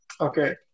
Okay